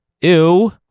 Ew